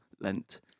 Lent